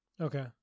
Okay